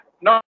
No